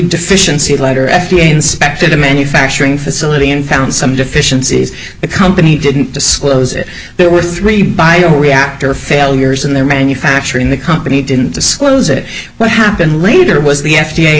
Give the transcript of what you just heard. deficiency letter f d a inspected a manufacturing facility and found some deficiencies the company didn't disclose it there were three bio reactor failures in their manufacturing the company didn't disclose it what happened later was the f